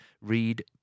read